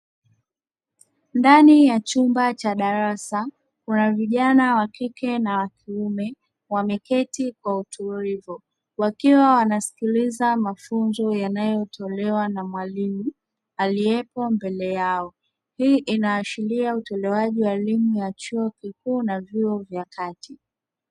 Ndani ya chumba cha darasa kuna vijana wa kike na kiume wameketi kwa utulivu wakiwa wanasikiliza mafunzo yanayotolewa na mwalimu aliyepo mbele yao, hii inaashiria utolewaji wa elimu ya chuo kikuu na vyuo vya kati.